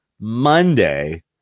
Monday